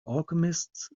alchemists